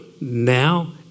now